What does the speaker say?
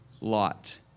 Lot